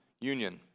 union